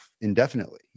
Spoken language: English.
indefinitely